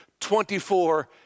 24